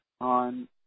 on